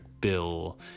bill